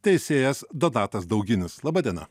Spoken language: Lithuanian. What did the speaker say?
teisėjas donatas dauginis laba diena